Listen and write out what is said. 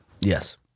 Yes